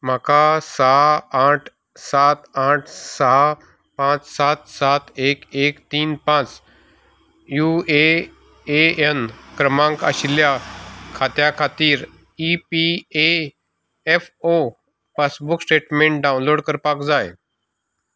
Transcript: म्हाका सहा आठ सात आठ सहा पांच सात सात एक एक तीन पांच यु ए एन क्रमांक आशिल्ल्या खात्या खातीर E P A F O passbook statement download करपाक जाय